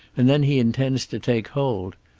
and then he intends to take hold.